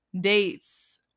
dates